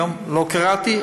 היום לא קראתי,